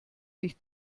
sich